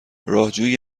راهجویی